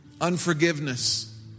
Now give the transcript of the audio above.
unforgiveness